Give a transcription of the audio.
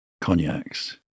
cognacs